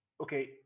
okay